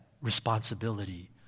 responsibility